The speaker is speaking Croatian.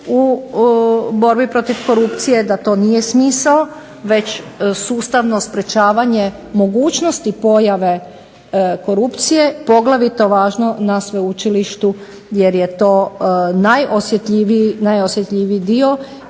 u borbi protiv korupcije, da to nije smisao već sustavno sprječavanje mogućnosti pojave korupcije, poglavito važno na sveučilištu jer je to najosjetljiviji dio